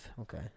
Okay